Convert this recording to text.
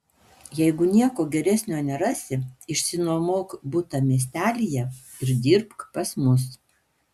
jeigu nieko geresnio nerasi išsinuomok butą miestelyje ir dirbk pas mus